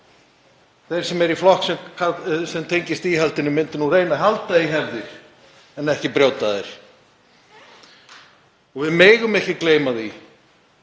þeir sem eru í flokki sem tengist íhaldinu myndu nú reyna að halda í hefðir en ekki brjóta þær. Við megum ekki gleyma því